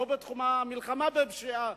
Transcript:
לא בתחום המלחמה בפשיעה,